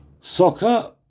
Soccer